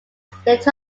split